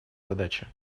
задачи